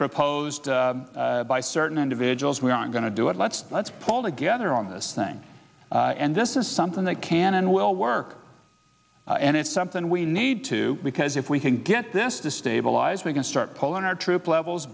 proposed by certain individuals we are going to do it let's let's pull together on this thing and this is something that can and will work and it's something we need to because if we can get this to stabilize we can start pulling our troop levels